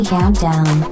Countdown